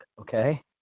okay